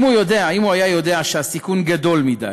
אם הוא היה יודע שהסיכון גדול מדי,